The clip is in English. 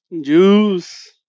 Juice